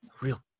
real